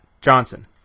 Johnson